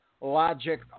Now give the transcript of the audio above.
Logic